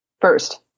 first